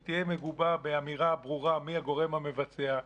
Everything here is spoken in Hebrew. היא תהיה מגובה באמירה ברורה מי הגורם המבצע,